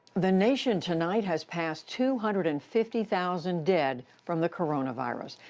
the nation tonight has past two hundred and fifty thousand dead from the coronavirus.